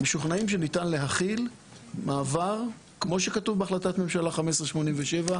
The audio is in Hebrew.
משוכנעים שניתן להכיל מעבר כמו שכתוב בהחלטת ממשלה 1587,